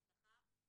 אבטחה,